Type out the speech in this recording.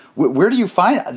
where do you fight?